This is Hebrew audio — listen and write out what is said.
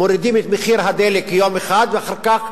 מורידים את מחיר הדלק ליום אחד ואחר כך,